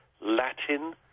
Latin